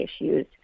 issues